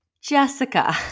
Jessica